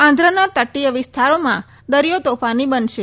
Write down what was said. આંધ્રના તટીય વિસ્તારોમાં દરિયો તોફાની બનશે